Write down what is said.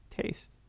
taste